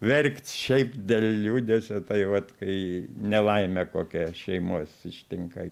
verkt šiaip dėl liūdesio tai vat kai nelaimė kokia šeimos ištinka